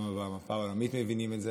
ובמפה העולמית מבינים את זה,